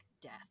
death